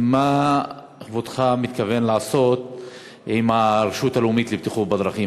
מה כבודך מתכוון לעשות עם הרשות הלאומית לבטיחות בדרכים?